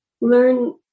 learn